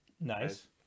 Nice